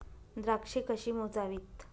द्राक्षे कशी मोजावीत?